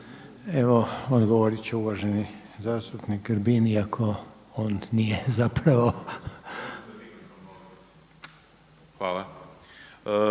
Evo odgovorit će uvaženi zastupnik Grbin iako on nije zapravo.